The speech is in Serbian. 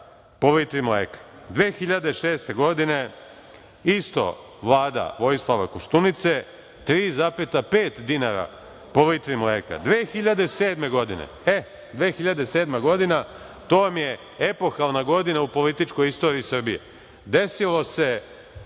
po litri mleka, 2006. godine isto Vlada Vojislava Koštunice 3,5 dinara po litri mleka, 2007. godine, e, 2007. godina, to vam je epohalna godina u političkoj istoriji Srbije, desilo se